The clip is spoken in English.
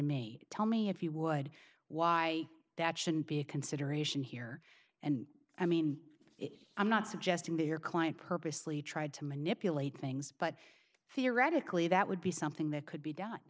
me tell me if you would why that shouldn't be a consideration here and i mean i'm not suggesting that your client purposely tried to manipulate things but theoretically that would be something that could be done